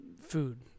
food